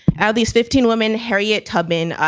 out of these fifteen women harriet tubman,